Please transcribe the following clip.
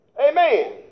Amen